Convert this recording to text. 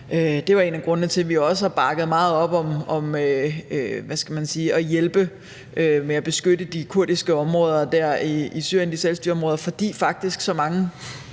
gøre? En af grundene til, at vi også har bakket meget op om at hjælpe med at beskytte de kurdiske områder i selvstyreområderne i Syrien, var, at så mange